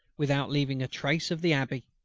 without leaving a trace of the abbey.